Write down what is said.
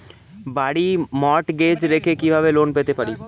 বাড়ি মর্টগেজ রেখে কিভাবে লোন পেতে পারি?